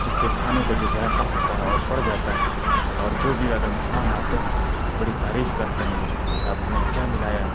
جس سے کھانے کا جو ذائقہ ہوتا ہے اور پڑ جاتا ہے اور جو بھی اگر مہمان آتے ہیں تو بڑی تعریف کرتے ہیں کہ آپ نے کیا ملایا